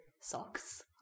socks